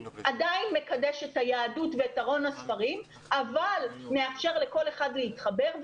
עדיין מקדש את היהדות ואת ארון הספרים אבל מאפשר לכל אחד להתחבר,